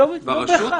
לא בהכרח.